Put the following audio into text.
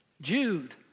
Jude